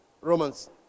Romans